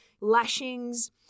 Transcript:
lashings